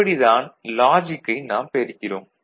இப்படித் தான் லாஜிக்கை நாம் பெறுகிறோம்